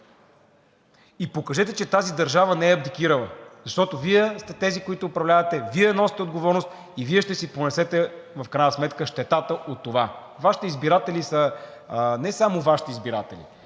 и покажете, че тази държава не е абдикирала, защото Вие сте тези, които управлявате, Вие носите отговорност и Вие ще си понесете в крайна сметка щетата от това. Вашите избиратели са... не само Вашите избиратели